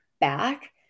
back